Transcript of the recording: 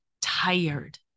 tired